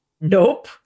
Nope